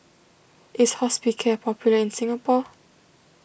is Hospicare popular in Singapore